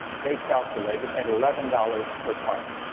they calculated at eleven dollars per part